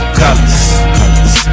colors